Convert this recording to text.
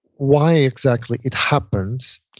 why exactly it happens.